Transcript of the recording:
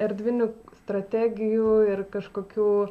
erdvinių strategijų ir kažkokių